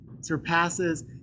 surpasses